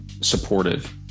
supportive